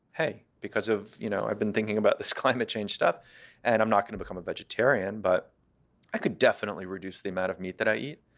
hey, because you know i've been thinking about this climate change stuff and i'm not going to become a vegetarian, but i could definitely reduce the amount of meat that i eat,